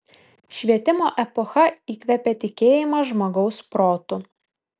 švietimo epocha įkvėpė tikėjimą žmogaus protu